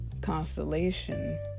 Constellation